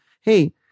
hey